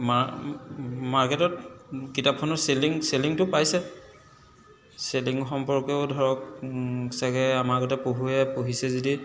মাৰ্কেটত কিতাপখনৰ চেলিং চেলিংটো পাইছে চেলিং সম্পৰ্কেও ধৰক চাগৈ আমাৰগতে পঢ়ুৱৈয়ে পঢ়িছে যদি